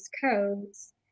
codes